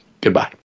goodbye